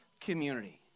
community